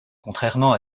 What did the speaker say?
contrairement